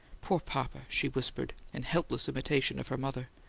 poor papa! she whispered in helpless imitation of her mother.